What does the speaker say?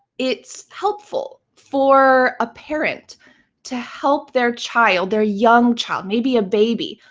it's helpful for a parent to help their child, their young child, maybe a baby,